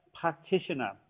practitioner